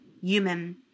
human